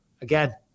again